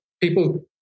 People